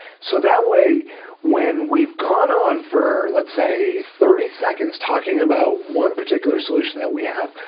so that way when we've gone on for, let's say, thirty seconds talking about one particular solution that we have,